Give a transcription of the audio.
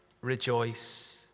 rejoice